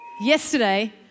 Yesterday